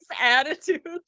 Attitude